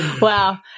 Wow